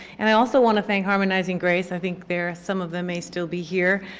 and i also want to thank harmonizing grace. i think there are some of them may still be here.